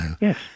Yes